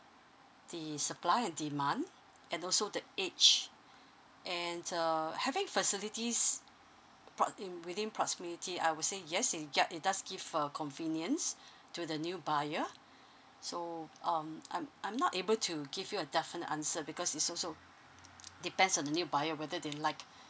the supply and demand and also the age and uh having facilities pro~ in within proximity I will say yes it yup it does give uh convenience to the new buyer so um I'm I'm not able to give you a definite answer because is also depends on the new buyer whether they like